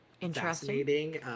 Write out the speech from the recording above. Interesting